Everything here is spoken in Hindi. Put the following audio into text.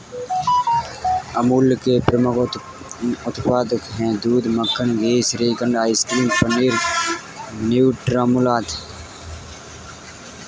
अमूल के प्रमुख उत्पाद हैं दूध, मक्खन, घी, श्रीखंड, आइसक्रीम, पनीर, न्यूट्रामुल आदि